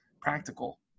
practical